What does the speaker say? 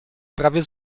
prawie